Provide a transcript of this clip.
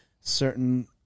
certain